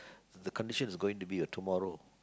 so the condition is going or be or tomorrow